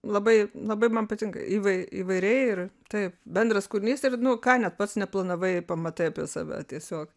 labai labai man patinka įvai įvairiai ir taip bendras kūrinys ir nu ką net pats neplanavai pamatai apie save tiesiog